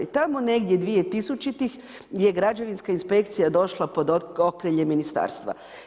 I tamo negdje 2000-tih je građevinska inspekcija došla pod okrilje Ministarstva.